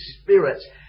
spirits